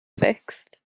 fixed